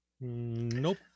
Nope